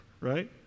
right